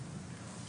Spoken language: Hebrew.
מה שלומך?